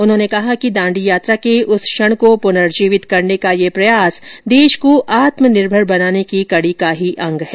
उन्होंने कहा कि दांडी यात्रा के उस क्षण को पुनर्जीवित करने का यह प्रयास देश को आत्मनिर्भर बनाने की कड़ी का ही अंग है